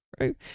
Right